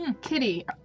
Kitty